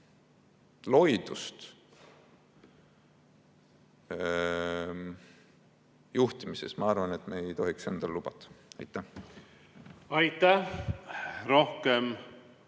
loidust juhtimises, ma arvan, me ei tohiks endale lubada. Aitäh! Aitäh! Rohkem